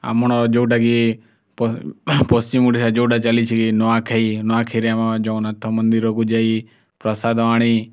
ଆମର ଯେଉଁଟାକି ପ ପଶ୍ଚିମ ଓଡ଼ିଶା ଯେଉଁଟା ଚାଲିଛି କି ନୂଆଖାଇ ନୂଆଖାଇରେ ଆମ ଜଗନ୍ନାଥ ମନ୍ଦିରକୁ ଯାଇ ପ୍ରସାଦ ଆଣି